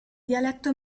dialetto